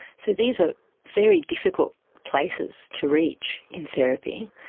so these are very difficult places to reach in therapy,